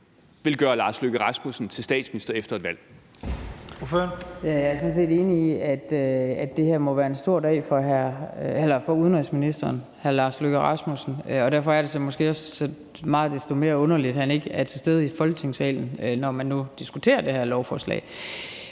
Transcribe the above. Ordføreren. Kl. 11:36 Inger Støjberg (DD): Jeg er sådan set enig i, at det her må være en stor dag for udenrigsministeren, hr. Lars Løkke Rasmussen, og derfor er det måske så også så meget desto mere underligt, at han ikke er til stede i Folketingssalen, når man nu diskuterer det her lovforslag.